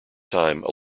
time